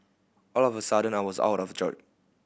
all of a sudden I was out of job